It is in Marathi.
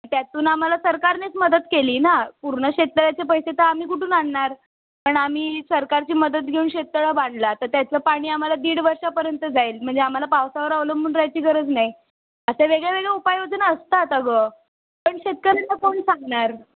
त्यातून आम्हाला सरकारनेच मदत केली ना पूर्ण शेततळ्याचे पैसे तर आम्ही कुठून आणणार पण आम्ही सरकारची मदत घेऊन शेततळं बांधलं आता त्याचं पाणी आता आम्हाला दीड वर्षापर्यंत जाईल म्हणजे आम्हाला पावसावर अवलंबून राहायची गरज नाही असे वेगळे वेगळे उपाययोजना असतात अगं पण शेतकऱ्यांना कोण सांगणार